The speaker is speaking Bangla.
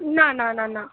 না না না না